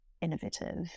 innovative